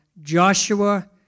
Joshua